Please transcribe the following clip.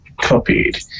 copied